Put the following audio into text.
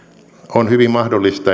on hyvin mahdollista